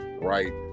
right